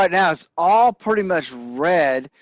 right now it's all pretty much red.